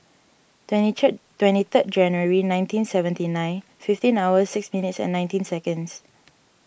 twenty three twenty third January nineteen seventy nine fifteen hours six minutes and nineteen seconds